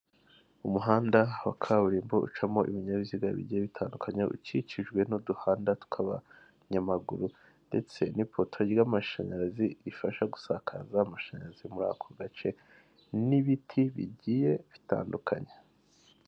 Umuhanda wa kaburimbo ucamo ibinyabiziga bigiye bitandukanye, ukikijwe n'uduhanda tw'abanyamaguru ndetse n'ipoto ry'amashanyarazi, rifasha gusakaza amashanyarazi muri ako gace n'ibiti bigiye bitandukanye.